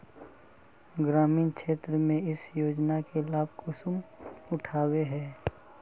ग्रामीण क्षेत्र में इस योजना के लाभ कुंसम उठावे है?